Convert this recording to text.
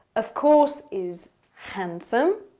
of course, is handsome.